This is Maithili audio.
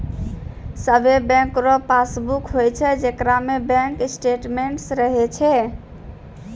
सभे बैंको रो पासबुक होय छै जेकरा में बैंक स्टेटमेंट्स रहै छै